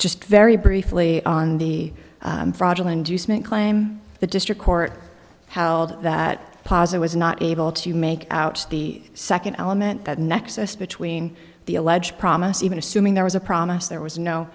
just very briefly on the fraudulent claim the district court held that pozza was not able to make out the second element that nexus between the alleged promise even assuming there was a promise there was no